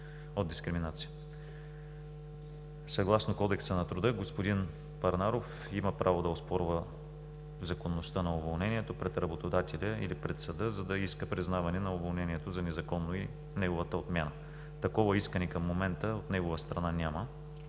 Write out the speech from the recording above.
от дискриминация. Съгласно Кодекса на труда господин Парнаров има право да оспорва законността на уволнението пред работодателя или пред съда, за да иска признаване на уволнението за незаконно и неговата отмяна. Такова искане към момента от негова страна няма.